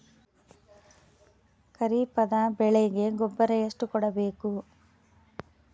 ಖರೀಪದ ಬೆಳೆಗೆ ಗೊಬ್ಬರ ಎಷ್ಟು ಕೂಡಬೇಕು?